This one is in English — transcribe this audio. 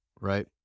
right